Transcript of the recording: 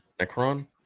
Necron